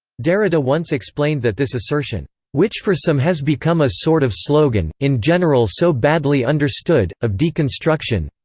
derrida once explained that this assertion which for some has become a sort of slogan, in general so badly understood, of deconstruction